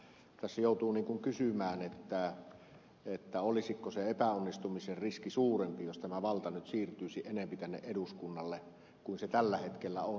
tässä joutuu kysymään olisiko se epäonnistumisen riski suurempi jos tämä valta nyt siirtyisi enempi eduskunnalle kuin se tällä hetkellä on